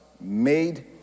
made